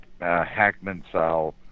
hackman-style